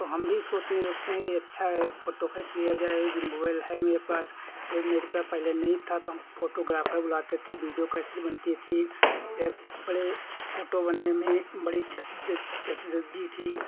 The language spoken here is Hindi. तो हम भी सोचने लगते हैं कि अच्छा है फ़ोटो खींच ली जाए जब मोबाइल है मेरे पास और मेरे पास पहले नहीं था तो हम फ़ोटोग्राफर बुलाते थे वीडियो कैसेट बनते थे बड़े फ़ोटो बनने में बड़ी थी